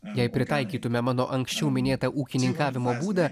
jei pritaikytume mano anksčiau minėtą ūkininkavimo būdą